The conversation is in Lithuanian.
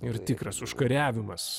ir tikras užkariavimas